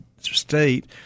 state